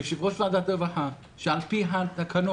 יושב-ראש ועדת העבודה והרווחה על פי התקנות